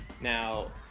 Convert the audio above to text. Now